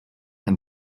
and